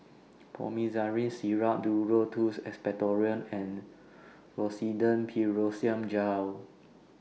Promethazine Syrup Duro Tuss Expectorant and Rosiden Piroxicam Gel